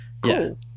Cool